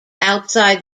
outside